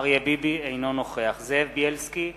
אינו נוכח זאב בילסקי,